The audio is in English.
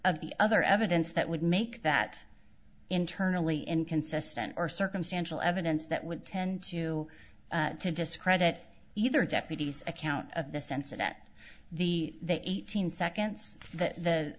of the other evidence that would make that internally inconsistent or circumstantial evidence that would tend to to discredit either deputy's account of the sense that at the eighteen seconds that the